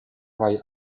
via